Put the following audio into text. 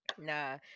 Nah